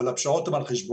אבל הפשרות הן על חשבוננו,